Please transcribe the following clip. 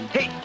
Hey